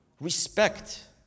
Respect